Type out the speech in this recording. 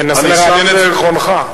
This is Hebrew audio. אני מנסה לרענן את זיכרונך.